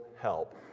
help